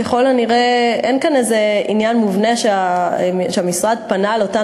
ככל הנראה אין כאן איזה עניין מובנה שהמשרד פנה לאותן